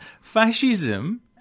Fascism